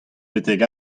betek